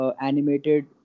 animated